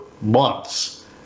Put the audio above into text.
months